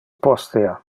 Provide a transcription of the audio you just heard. postea